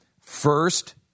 first